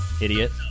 idiot